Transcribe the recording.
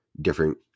different